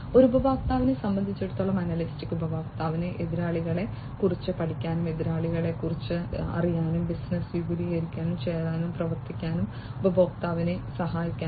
ഒരു ഉപഭോക്താവിനെ സംബന്ധിച്ചിടത്തോളം അനലിറ്റിക്സ് ഉപഭോക്താവിനെ എതിരാളികളെ കുറിച്ച് പഠിക്കാനും എതിരാളികളെ കുറിച്ച് അറിയാനും ബിസിനസ്സ് വിപുലീകരിക്കാനും ചേരാനും പ്രവർത്തിക്കാനും ഉപഭോക്താവിനെ സഹായിക്കും